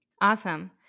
Awesome